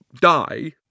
die